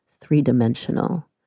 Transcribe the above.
three-dimensional